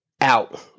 out